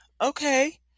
Okay